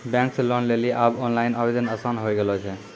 bank से loan लेली आब ओनलाइन आवेदन आसान होय गेलो छै